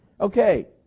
Okay